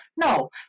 No